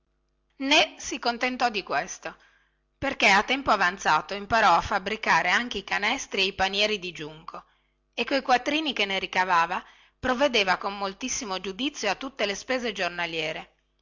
né si contentò di questo perché a tempo avanzato imparò a fabbricare anche i canestri e i panieri di giunco e coi quattrini che ne ricavava provvedeva con moltissimo giudizio a tutte le spese giornaliere